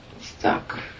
stuck